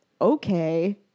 Okay